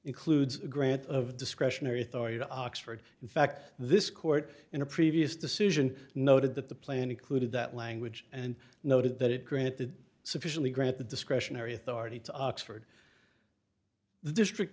includes a grant of discretionary authority to oxford in fact this court in a previous decision noted that the plan included that language and noted that it granted sufficiently grant the discretionary authority to oxford the district